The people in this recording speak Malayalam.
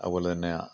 അതുപോലെതന്നെ ആ